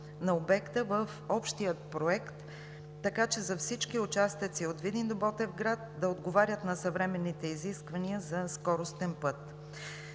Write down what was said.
на обекта в общия проект, така че всички участъци от Видин до Ботевград да отговарят на съвременните изисквания за скоростен път.